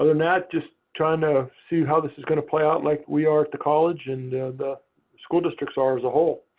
and and just trying to see how this is going to play out like we are at the college and the school districts are as a whole.